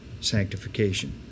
sanctification